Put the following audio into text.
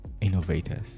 innovators